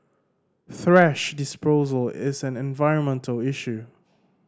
thrash disposal is an environmental issue